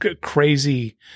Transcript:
crazy